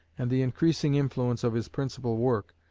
and the increasing influence of his principal work,